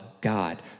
God